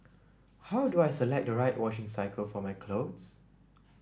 how do I select the right washing cycle for my clothes